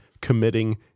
committing